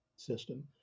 System